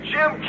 Jim